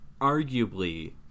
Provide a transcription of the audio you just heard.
arguably